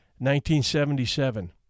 1977